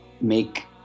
make